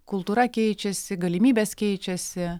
kultūra keičiasi galimybės keičiasi